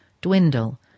dwindle